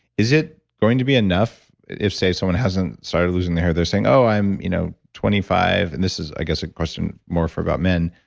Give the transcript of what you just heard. is it going to be enough if say someone hasn't started losing their hair, they're saying, oh, i'm you know twenty five and this is, i guess, a question more for about men.